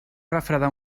refredar